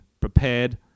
prepared